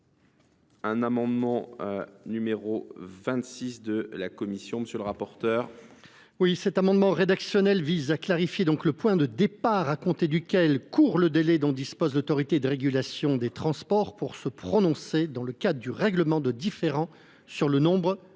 est ainsi libellé : La parole est à M. le rapporteur. Cet amendement rédactionnel vise à clarifier le point de départ à compter duquel court le délai dont dispose l’Autorité de régulation des transports pour se prononcer dans le cadre du règlement de différend sur le nombre de salariés